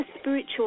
spiritual